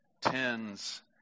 tens